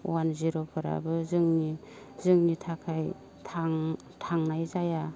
अवान जिर'फोराबो जोंनि जोंनि थाखाय थां थांनाय जाया